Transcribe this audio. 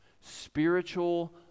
Spiritual